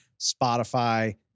Spotify